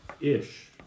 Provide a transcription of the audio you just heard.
Ish